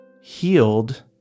healed